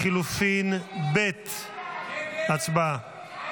לחלופין ב', הצבעה.